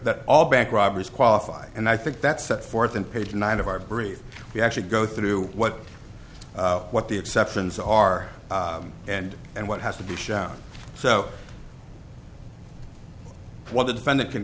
that all bank robbers qualify and i think that's set forth in page nine of our brief to actually go through what what the exceptions are and and what has to be shown so what the defendant can